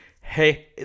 Hey